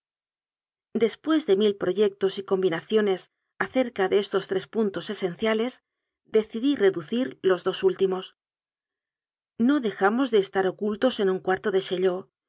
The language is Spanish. después de mil proyectos y combinaciones acerca de estos tres puntos esenciales decidí reducir los dos últimos no dejábamos de estar ocultos en un cuarto de